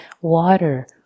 water